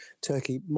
Turkey